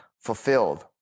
fulfilled